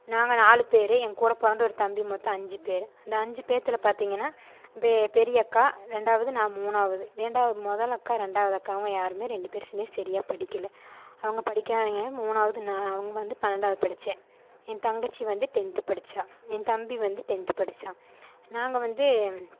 நாங்கள் நாலு பேர் என் கூட பிறந்த ஒரு தம்பி மொத்தம் அஞ்சு பேர் அந்த அஞ்சு பேர்த்துல பார்த்திங்கன்னா பெ பெரிய அக்கா ரெண்டாவது நான் மூணாவது ரெண்டாவது முதல் அக்கா ரெண்டாவது அக்காவுங்க யாருமே ரெண்டு பேரும் சரியா படிக்கலை அவங்க படிக்காதது மூணாவது நான் அவங்க வந்து பன்னெரெண்டாவது படித்தேன் என் தங்கச்சி வந்து டென்த்து படிச்சாள் என் தம்பி வந்து டென்த்து படித்தான் நாங்கள் வந்து